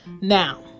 Now